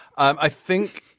i think.